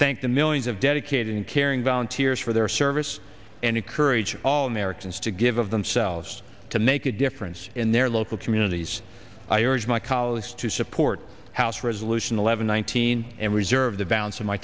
thank the millions of dedicated and caring volunteers for their service and encourage all americans to give of themselves to make a difference in their local communities i urge my colleagues to support house resolution an eleven one thousand and reserve the b